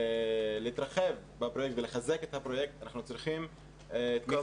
כדי להתרחב בפרויקט ולחזק את הפרויקט אנחנו צריכים גם